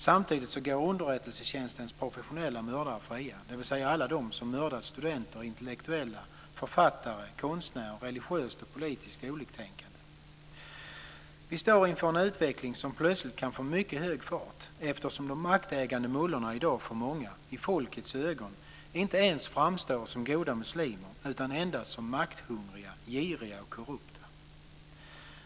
Samtidigt går underrättelsetjänstens professionella mördare fria - dvs. de som mördat studenter, intellektuella, författare, konstnärer, religiöst och politiskt oliktänkande. Vi står inför en utveckling som plötsligt kan få mycket hög fart, eftersom de maktägande mullorna i dag i folkets ögon för många inte ens framstår som goda muslimer utan endast som makthungriga, giriga och korrupta.